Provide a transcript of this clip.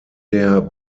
der